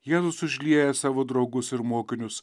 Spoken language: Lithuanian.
jėzus užlieja savo draugus ir mokinius